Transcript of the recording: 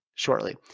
Shortly